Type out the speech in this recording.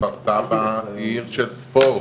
כפר סבא היא עיר של ספורט.